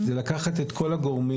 זה לקחת את כל הגורמים,